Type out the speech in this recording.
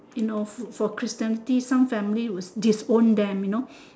for christianity some family some family will disown them you know